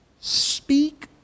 speak